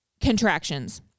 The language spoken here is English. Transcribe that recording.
contractions